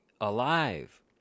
alive